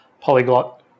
polyglot